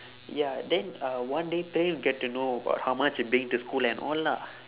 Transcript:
ya then uh one day praem get to know about how much he bring to school and all lah